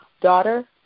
daughter